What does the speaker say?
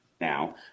Now